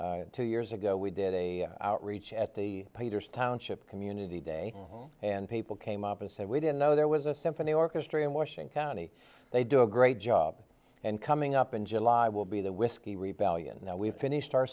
two years ago we did a outreach at the peters township community day and people came up and said we didn't know there was a symphony orchestra in washing county they do a great job and coming up in july will be the whiskey rebellion now we've finished our